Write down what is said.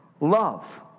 love